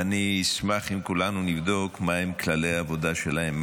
ואני אשמח אם כולנו נבדוק מהם כללי העבודה שלהם,